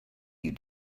you